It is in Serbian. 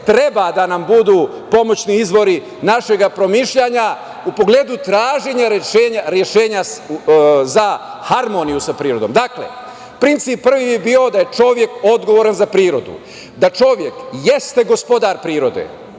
treba da nam budu pomoćni izvori našeg razmišljanja, u pogledu traženja rešenja za harmoniju sa prirodom. Prvi princip bi bio da je čovek odgovoran za prirodu. Da čovek jeste gospodar prirode,